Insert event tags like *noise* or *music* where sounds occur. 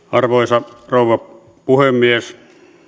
*unintelligible* arvoisa rouva puhemies